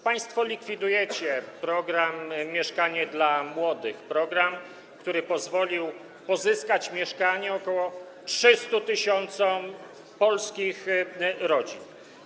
Państwo likwidujecie program „Mieszkanie dla młodych”, program, który pozwolił pozyskać mieszkanie ok. 300 tys. polskich rodzin.